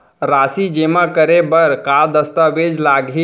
राशि जेमा करे बर का दस्तावेज लागही?